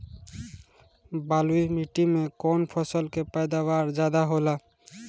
बालुई माटी में कौन फसल के पैदावार ज्यादा होला?